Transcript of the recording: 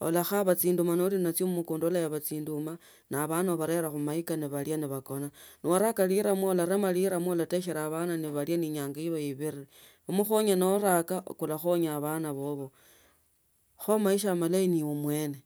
olakhaba chinduma cha mmukunda olayaba chinduma na abana ubarela khumaika nebalia nabakona. Nowaraka liramwa nonema liramwa dateshela bana nebalia neinyanga iba ibire, mukhonye nooraka kulakhonya abana bobo kho maisha malayi ni ibe mwene.